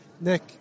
Nick